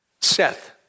Seth